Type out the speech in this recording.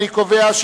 להצביע.